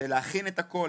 זה להכין את הכול,